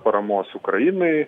paramos ukrainai